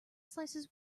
slices